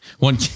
One